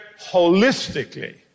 holistically